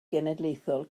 genedlaethol